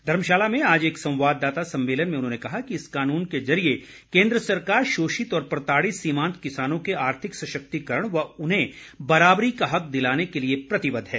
धर्मशाला में आज एक संवाददाता सम्मेलन में उन्होंने कहा कि इस कानून के ज़रिए केन्द्र सरकार शोषित और प्रताड़ित सीमांत किसानों के आर्थिक सशक्तिकरण व उन्हें बराबरी का हक दिलाने के लिए प्रतिबद्ध है